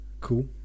Cool